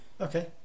Okay